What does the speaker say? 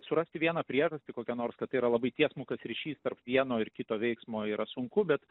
surasti vieną priežastį kokią nors kad tai yra labai tiesmukas ryšys tarp vieno ir kito veiksmo yra sunku bet